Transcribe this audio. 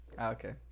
Okay